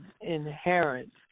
inherent